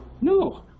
no